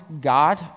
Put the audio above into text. God